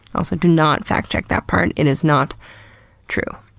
also, do not fact check that part. it is not true.